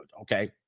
Okay